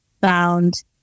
found